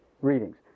readings